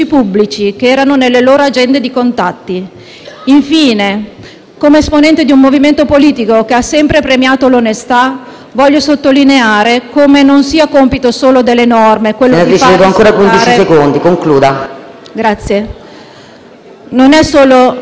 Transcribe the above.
Infine, come esponente di un movimento politico che ha sempre premiato l'onestà, voglio sottolineare come non sia compito solo delle norme